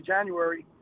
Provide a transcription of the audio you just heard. January